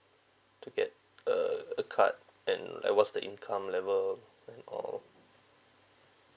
to get uh a card and like what's the income level or